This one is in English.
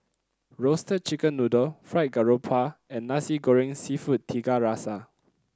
Roasted Chicken Noodle Fried Garoupa and Nasi Goreng seafood Tiga Rasa